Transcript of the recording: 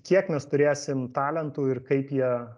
kiek mes turėsim talentų ir kaip jie